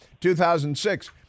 2006